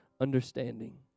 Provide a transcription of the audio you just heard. understanding